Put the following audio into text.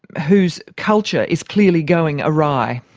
whose culture is clearly going awry?